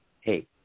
hey